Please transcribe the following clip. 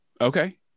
Okay